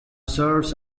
serves